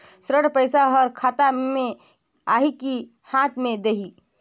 ऋण पइसा हर खाता मे आही की हाथ मे देही?